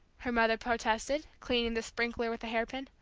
her mother protested, cleaning the sprinkler with a hairpin.